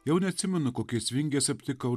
jau neatsimenu kokiais vingiais aptikau